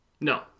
no